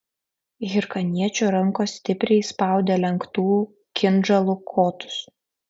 hirkaniečių rankos stipriai spaudė lenktų kinžalų kotus